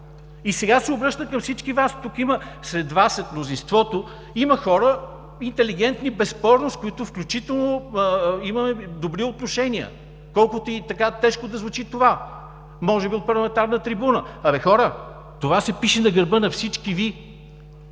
И сега се обръщам към всички Вас: сред Вас – сред мнозинството, има хора безспорно интелигенти, с които включително имаме добри отношения, колкото и тежко да звучи това може би от парламентарната трибуна, абе, хора, това се пише на гърба на всички Ви!